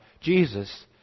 Jesus